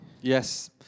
Yes